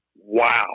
Wow